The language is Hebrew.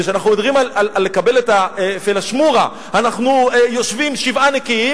וכשאנחנו מדברים על לקבל את הפלאשמורה אנחנו יושבים שבעה נקיים,